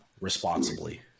responsibly